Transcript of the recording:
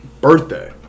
birthday